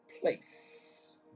place